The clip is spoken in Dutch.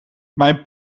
mijn